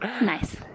Nice